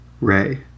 Ray